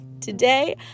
today